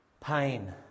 pain